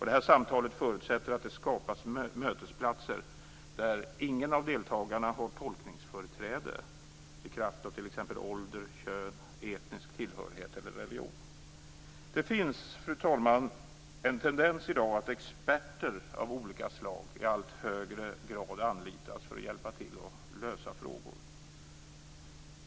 Det här samtalet förutsätter att det skapas mötesplatser där ingen av deltagarna har tolkningsföreträde i kraft av t.ex. ålder, kön, etnisk tillhörighet eller religion. Det finns, fru talman, en tendens i dag att experter av olika slag i allt högre grad anlitas för att hjälpa till att lösa frågor.